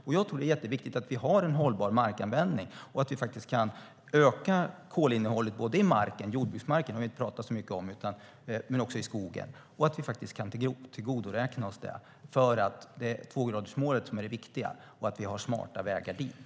Jag tror att det är jätteviktigt att vi har en hållbar markanvändning och att vi kan öka kolinnehållet både i marken - jordbruksmarken har vi inte pratat så mycket om - och i skogen och att vi kan tillgodoräkna oss det. Det är tvågradersmålet som är det viktiga och att vi har smarta vägar dit.